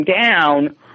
down